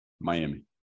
miami